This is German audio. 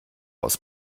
aus